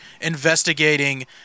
investigating